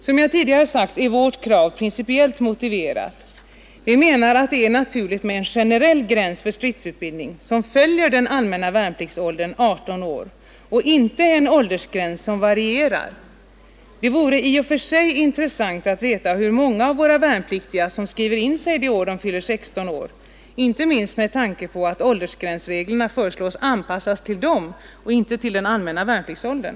Som jag tidigare har sagt är vårt krav principiellt motiverat. Vi menar att det är naturligt med en generell gräns för stridsutbild ning som följer den allmänna värnpliktsåldern 18 år och inte en åldersgräns som varierar. Det vore i och för sig intressant att få veta hur många av våra värnpliktiga som skriver in sig det år de fyller 16 år; inte minst med tanke på att åldersgränsreglerna föreslås anpassas till dem och inte till den allmänna värnpliktsåldern.